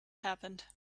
happened